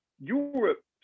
Europe